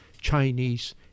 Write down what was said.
Chinese